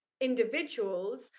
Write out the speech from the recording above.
individuals